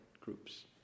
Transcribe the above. groups